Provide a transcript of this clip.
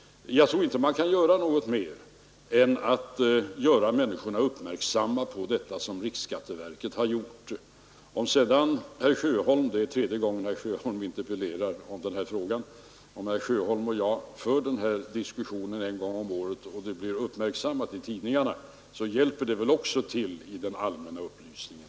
Jag tror inte att man kan göra något mer än att fästa människornas uppmärksamhet på detta förhållande, såsom riksskatteverket har gjort. Om sedan herr Sjöholm — det är tredje gången han interpellerar i den här frågan — och jag för den här diskussionen en gång om året, och problemet blir uppmärksammat i tidningarna, skulle jag kunna tänka mig att också det hjälper till med den allmänna upplysningen,